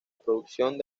producción